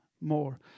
more